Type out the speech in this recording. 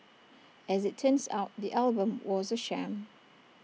as IT turns out the album was A sham